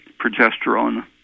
progesterone